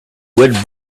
wood